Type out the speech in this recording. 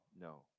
no